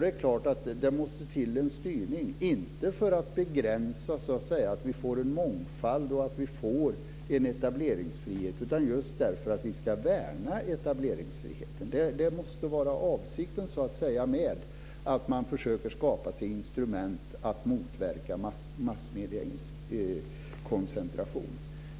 Det är klart att det måste till en styrning, inte för att begränsa vår möjlighet att få mångfald och etableringsfrihet, utan just därför att vi ska värna etableringsfriheten. Det måste vara avsikten med att man försöker skapa sig instrument för att motverka massmediell koncentration.